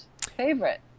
Favorite